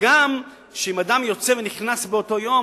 וגם אם אדם יוצא ונכנס באותו יום,